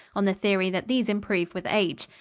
on the theory that these improve with age.